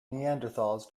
neanderthals